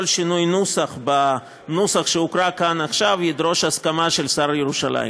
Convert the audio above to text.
כל שינוי נוסח בנוסח שהוקרא כאן עכשיו ידרוש הסכמה של השר לירושלים.